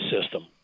system